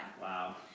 Wow